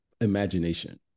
imagination